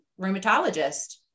rheumatologist